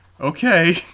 Okay